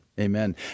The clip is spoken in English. amen